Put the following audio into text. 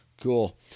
Cool